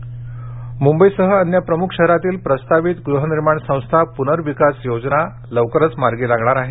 प्रवीण दरेकर मुंबईसह अन्य प्रमुख शहरातील प्रस्तावित गृहनिर्माण संस्था पुनर्विकास योजना लवकरच मार्गी लागणार आहे